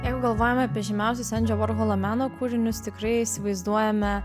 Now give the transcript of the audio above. jeigu galvojam apie įžymiausius endžio vorholo meno kūrinius tikrai įsivaizduojame